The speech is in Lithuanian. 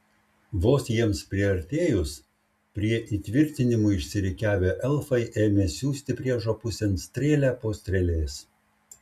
vos jiems priartėjus prie įtvirtinimų išsirikiavę elfai ėmė siųsti priešo pusėn strėlę po strėlės